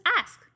ask